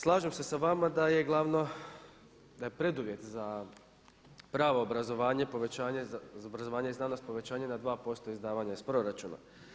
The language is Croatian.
Slažem se sa vama da je glavno, da je preduvjet za pravo obrazovanje, povećanje za obrazovanje i znanost, povećanje na 2% izdavanja iz proračuna.